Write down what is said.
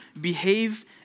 behave